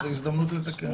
זו הזדמנות לתקן.